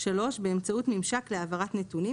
באמצעות ממשק להעברת נתונים,